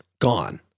gone